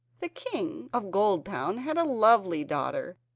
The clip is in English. the king of goldtown had a lovely daughter,